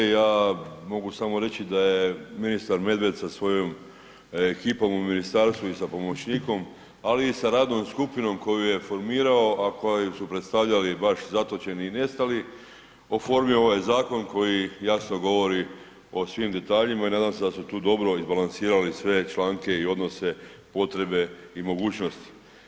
Ja mogu samo reći da je ministar Medved sa svojom ekipom u ministarstvu i sa pomoćnikom, ali i sa radnom skupinom koju je formirao, a koja su predstavljali baš zatočeni i nestali, oformio ovaj zakon koji jasno govori o svim detaljima i nadam se da su tu dobro izbalansirali sve članke i odnose potrebe i mogućnosti.